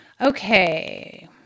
Okay